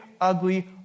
ugly